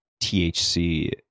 THC